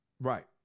right